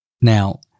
Now